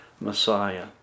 Messiah